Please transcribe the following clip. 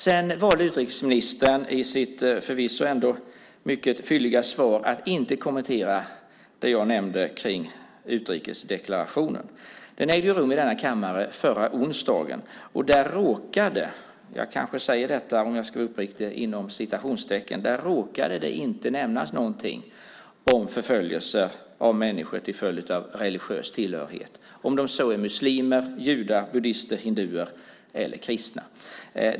Sedan valde utrikesministern att i sitt förvisso ändå mycket fylliga svar inte kommentera det jag nämnde om utrikesdeklarationen. Den ägde rum i denna kammare förra onsdagen. Där "råkade det" inte nämnas någonting om förföljelse av människor till följd av religiös tillhörighet, om de så är muslimer, judar, buddister, hinduer eller kristna.